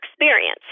experience